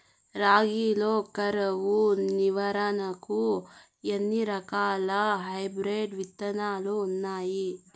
రాగి లో కరువు నివారణకు ఎన్ని రకాల హైబ్రిడ్ విత్తనాలు ఉన్నాయి